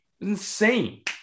insane